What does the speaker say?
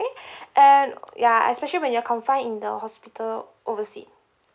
okay and ya especially when you're confined in the hospital oversea